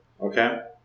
Okay